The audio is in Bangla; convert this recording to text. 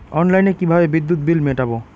অনলাইনে কিভাবে বিদ্যুৎ বিল মেটাবো?